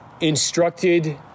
instructed